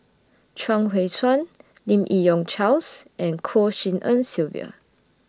Chuang Hui Tsuan Lim Yi Yong Charles and Goh Tshin En Sylvia